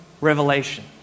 revelation